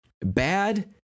bad